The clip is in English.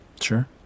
Sure